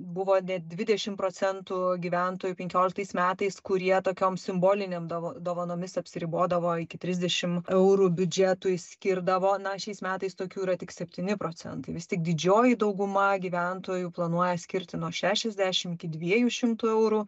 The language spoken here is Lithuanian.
buvo net dvidešimt procentų gyventojų penkioliktais metais kurie tokiom simbolinėm dov dovanomis apsiribodavo iki trisdešim eurų biudžetui skirdavo na šiais metais tokių yra tik septyni procentai vis tik didžioji dauguma gyventojų planuoja skirti nuo šešiasdešim iki dviejų šimtų eurų